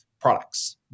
Products